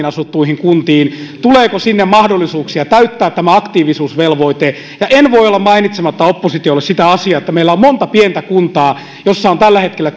asuttuihin kuntiin tuleeko sinne mahdollisuuksia täyttää tämä aktiivisuusvelvoite ja en voi olla mainitsematta oppositiolle sitä asiaa että meillä on monta pientä kuntaa joissa on tällä hetkellä